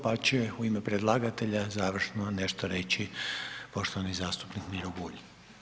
Pa će u ime predlagatelja završno nešto reći poštovani zastupnik Miro Bulj.